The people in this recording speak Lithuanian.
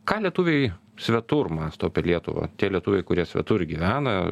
ką lietuviai svetur mąsto apie lietuvą tie lietuviai kurie svetur gyvena